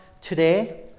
today